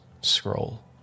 scroll